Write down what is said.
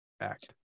Act